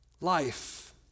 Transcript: life